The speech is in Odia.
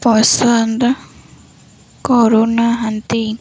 ପସନ୍ଦ କରୁନାହାନ୍ତି